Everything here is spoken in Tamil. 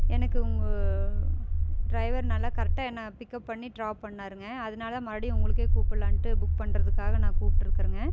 எனக்கு உங்கள் டிரைவர் நல்லா கரெக்ட்டாக என்னை பிக்கப் பண்ணி ட்ராப் பண்ணாருங்க அதனால மறுபடியும் உங்களுக்கே கூப்பிடுலான்ட்டு புக் பண்ணுறதுக்கா கூப்பிட்டுருக்குறங்க